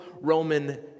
Roman